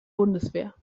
bundeswehr